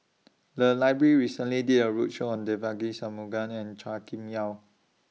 The Library recently did A roadshow on Devagi Sanmugam and Chua Kim Yeow